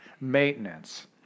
Maintenance